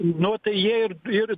nu tai jie ir ir